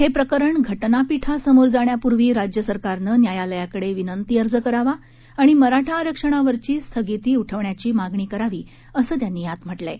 हे प्रकरण घटनापीठासमोर जाण्यापूर्वी राज्यसरकारनं न्यायालयाकडे विनंती अर्ज करावा आणि मराठा आरक्षणावरची स्थगिती उठवण्याची मागणी करावी असं त्यांनी यात म्हटलं आहे